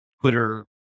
Twitter